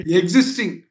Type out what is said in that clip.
existing